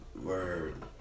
Word